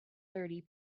thirty